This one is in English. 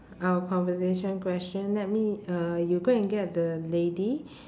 our conversation question let me uh you go and get the lady